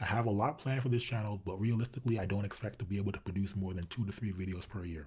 i have a lot planned for this channel but realistically i don't expect to be able to produce more than two to three videos per year.